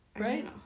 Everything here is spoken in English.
right